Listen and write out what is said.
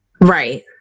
right